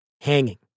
hanging